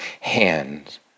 hands